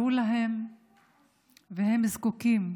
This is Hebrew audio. והם זקוקים